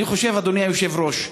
אני חושב, אדוני היושב-ראש,